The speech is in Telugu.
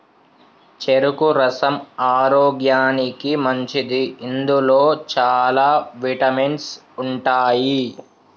చెరుకు రసం ఆరోగ్యానికి మంచిది ఇందులో చాల విటమిన్స్ ఉంటాయి